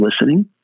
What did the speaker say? listening